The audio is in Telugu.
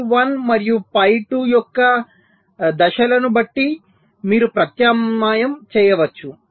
ఫై 1 మరియు ఫై 2 యొక్క దశలను బట్టి మీరు ప్రత్యామ్నాయం చేయవచ్చు